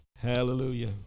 Hallelujah